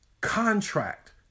contract